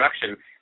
production